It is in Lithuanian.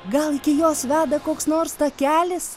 gal iki jos veda koks nors takelis